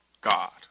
God